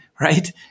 right